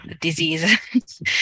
disease